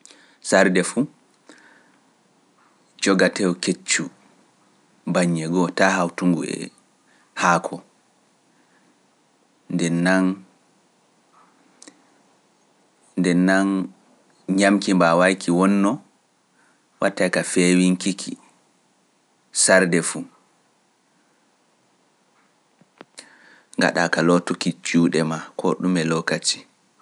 Sarde fu joga tew keccu baññe ngoo taa hawtu ngu e haako, nden nan ñamki mbaawaiki wonno watte ka feewiŋkiki, sarde fu ngaɗa ka lootuki juuɗe maa ko ɗume lokati.